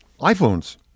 iPhones